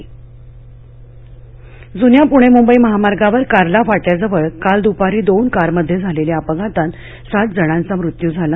अपघात जुन्या पुणे मुंबई महामार्गावर कार्ला फाट्याजवळ काल दुपारी दोन कारमध्ये झालेल्या अपघातात सात जणांचा मृत्यू झाला